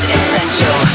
essential